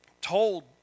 told